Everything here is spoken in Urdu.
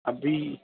ابھی